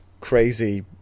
crazy